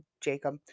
Jacob